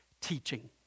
teaching